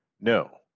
no